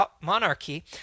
Monarchy